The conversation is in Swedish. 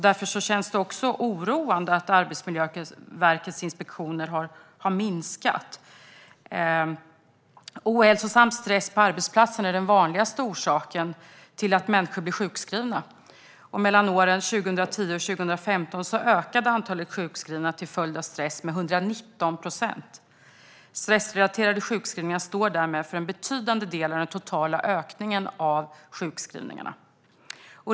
Därför känns det oroande att Arbetsmiljöverkets inspektioner har minskat. Ohälsosam stress på arbetsplatsen är den vanligaste orsaken till att människor blir sjukskrivna. Mellan åren 2010 och 2015 ökade antalet sjukskrivna till följd av stress med 119 procent. Stressrelaterade sjukskrivningar står därmed för en betydande del av den totala ökningen av sjukskrivningar.